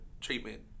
treatment